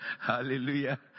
hallelujah